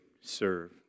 serve